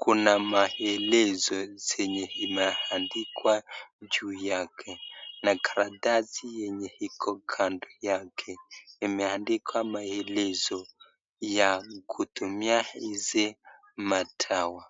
Kuna maelezo zenye imeandikwa juu yake na karatasi yenye iko kando yake imeandikwa maelezo ya kutumia hizi madawa.